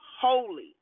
holy